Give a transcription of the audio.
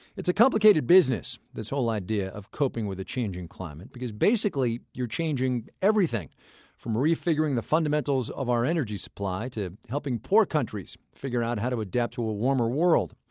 it's a complicated business, this whole idea of coping with a changing climate. because basically, you're changing everything from re-figuring the fundamentals of our energy supply to helping poor countries figure out how to adapt to a warmer world.